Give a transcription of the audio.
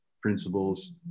principles